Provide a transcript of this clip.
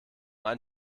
ein